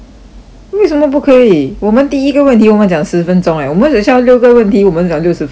为什么不可以我们第一个问题我们讲十分钟 eh 我们等一下六个问题我们聊六十分钟 right